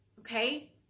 Okay